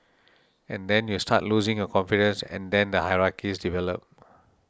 and then you start losing your confidence and then the hierarchies develop